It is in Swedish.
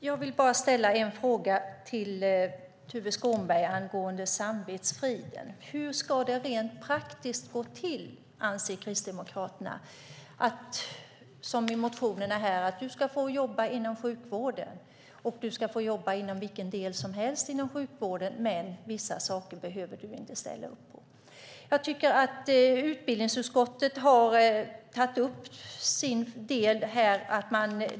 Fru talman! Jag vill ställa en fråga till Tuve Skånberg angående samvetsfriden. Hur ska det rent praktiskt gå till, anser Kristdemokraterna? I motionerna står det att du ska få jobba inom sjukvården, och du ska få jobba inom vilken del som helst inom sjukvården, men vissa saker behöver du inte ställa upp på. Jag tycker att utbildningsutskottet har tagit upp sin del.